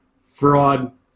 fraud